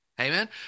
Amen